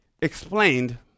explained